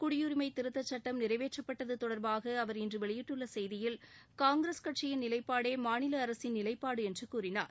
குடியுரிமை திருத்த சட்டம் நிறைவேற்றப்பட்டது தொடர்பாக அவர் இன்று வெளியிட்டுள்ள செய்தியில் காங்கிரஸ் கட்சி நிலைப்பாடே மாநில அரசின் நிலைப்பாடு என்று கூறினார்